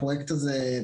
הפרויקט הזה,